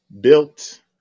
Built